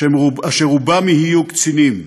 אשר רובם יהיו קצינים.